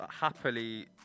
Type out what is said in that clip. happily